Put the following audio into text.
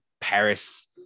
Paris